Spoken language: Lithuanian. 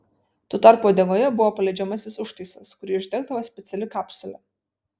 tuo tarpu uodegoje buvo paleidžiamasis užtaisas kurį uždegdavo speciali kapsulė